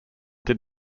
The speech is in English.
did